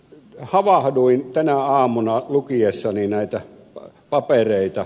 havahduin tänä aamuna lukiessani näitä papereita